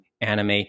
anime